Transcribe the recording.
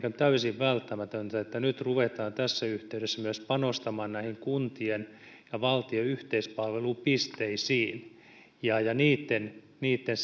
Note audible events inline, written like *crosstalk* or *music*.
*unintelligible* on täysin välttämätöntä että nyt ruvetaan tässä yhteydessä panostamaan myös kuntien ja valtion yhteispalvelupisteisiin ja ja niitten niitten *unintelligible*